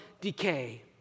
decay